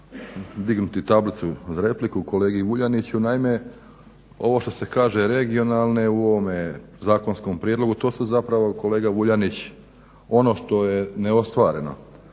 dignuti tablicu za repliku kolegi Vuljaniću. Naime, ovo što se kaže regionalne, u ovome zakonskome prijedlogu to se zapravo kolega Vuljanić, ono što je neostvareno,